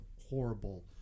horrible